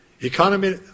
Economy